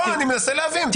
אני מנסה להבין.